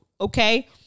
okay